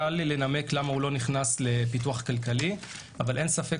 קל לנמק למה הוא לא נכנס לפיתוח כלכלי אבל אין ספק